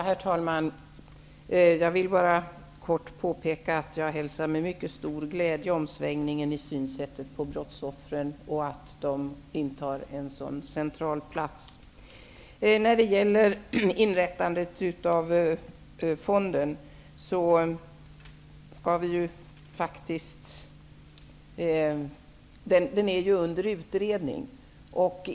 Herr talman! Jag vill bara kort påpeka att jag med mycket stor glädje hälsar den omsvängning som skett i sättet att se på brottsoffren och att de intar en så central plats. Vad gäller inrättandet av fonden vill jag säga att den ju är under utredning.